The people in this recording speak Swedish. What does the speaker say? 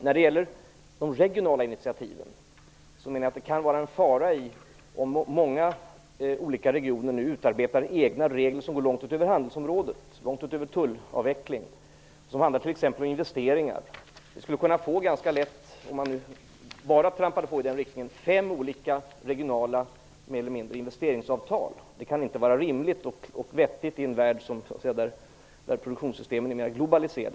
När det gäller de regionala initiativen menar jag att det kan ligga en fara i att många olika regioner nu utarbetar egna regler som går långt utöver handelsområdet och långt utöver tullavveckling. Det kan t.ex. handla om investeringar. Om man bara trampar på i den riktningen kan det ganska lätt leda till fem olika regionala investeringsavtal. Det kan inte vara rimligt och vettigt i en värld där produktionssystemen är mer globaliserade.